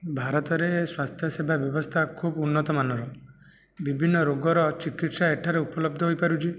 ଭାରତରେ ସ୍ୱାସ୍ଥ୍ୟ ସେବା ବ୍ୟବସ୍ଥା ଖୁବ୍ ଉନ୍ନତମାନର ବିଭିନ୍ନ ରୋଗର ଚିକିତ୍ସା ଏଠାରେ ଉପଲବ୍ଧ ହୋଇପାରୁଛି